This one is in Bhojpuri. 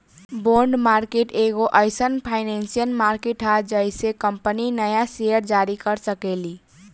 बॉन्ड मार्केट एगो एईसन फाइनेंसियल मार्केट ह जेइसे कंपनी न्या सेयर जारी कर सकेली